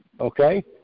okay